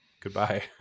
goodbye